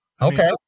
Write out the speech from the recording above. Okay